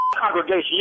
congregation